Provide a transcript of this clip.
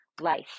life